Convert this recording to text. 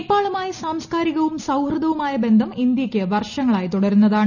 നേപ്പാളുമായി സാംസ്കാരികവും സൌഹൃദവുമായ ബന്ധം ഇന്തൃയ്ക്ക് വർഷങ്ങളായി തുടരുന്നതാണ്